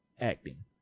acting